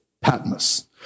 Patmos